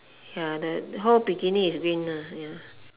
ya the the whole bikini is green ah mm